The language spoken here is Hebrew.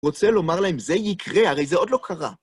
רוצה לומר להם, זה יקרה, הרי זה עוד לא קרה.